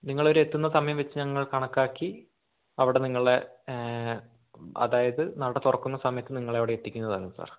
നിങ്ങളൊരു എത്തുന്ന സമയം വെച്ച് ഞങ്ങൾ കണക്കാക്കി അവിടെ നിങ്ങളെ അതായത് നട തുറക്കുന്ന സമയത്ത് നിങ്ങളെ അവിടെ എത്തിക്കുന്നതാണ് സാർ